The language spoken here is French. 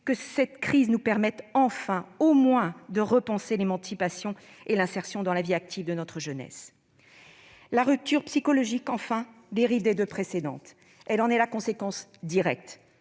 Que cette crise nous permette au moins de repenser l'émancipation et l'insertion dans la vie active de notre jeunesse ! La rupture psychologique, quant à elle, dérive des deux précédentes ; elle en est même la conséquence directe.